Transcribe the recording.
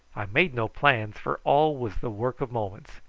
i made no plans, for all was the work of moments.